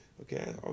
okay